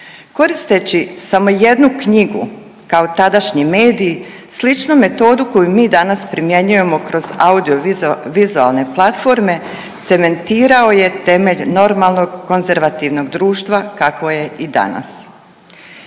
Koristeći samo jednu knjigu kao tadašnji medij sličnu metodu koju mi danas primjenjujemo kroz audiovizualne platforme cementirao je temelj normalnog konzervativnog društva kakvo je i danas.